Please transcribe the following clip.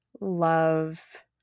love